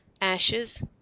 Ashes